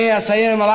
אני אסיים רק